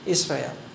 Israel